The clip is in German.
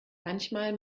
manchmal